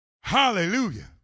Hallelujah